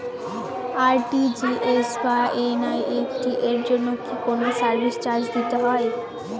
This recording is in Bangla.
আর.টি.জি.এস বা এন.ই.এফ.টি এর জন্য কি কোনো সার্ভিস চার্জ দিতে হয়?